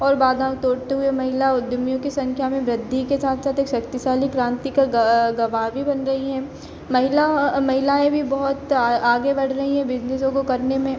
और बाधाओं को तोड़ते हुए महिला उद्यमियों की संख्या में वृद्धि के साथ साथ एक शक्तिशाली क्रांति का ग गवाह भी बन गई है महिला महिलाएँ भी बहुत आगे बढ़ रहीं हैं बिजनेसों को करने में